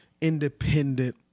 independent